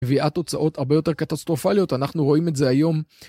קביעה תוצאות הרבה יותר קטסטרופליות, אנחנו רואים את זה היום.